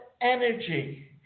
energy